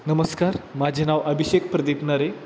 नमस्कार माझे नाव अभिषेक प्रदीपनारे